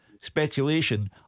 speculation